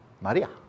Maria